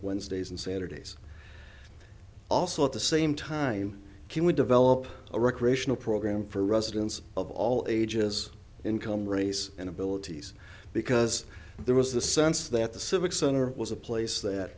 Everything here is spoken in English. wednesdays and saturdays also at the same time can we develop a recreational program for residents of all ages income race and abilities because there was the sense that the civic center was a place that